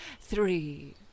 three